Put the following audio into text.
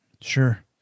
Sure